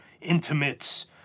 intimates